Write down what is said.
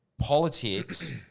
Politics